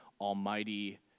almighty